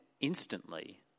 instantly